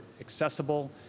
accessible